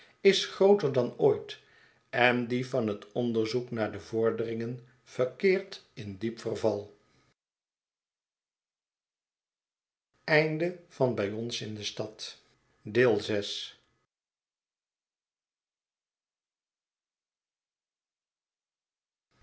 is grooter dan ooit en die van het onderzoek naar de vorderingen verkeert in diep verval